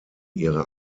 ihre